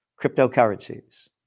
cryptocurrencies